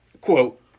quote